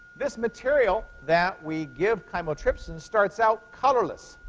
this material that we give chymotrypsin starts out colorless.